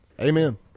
Amen